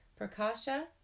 Prakasha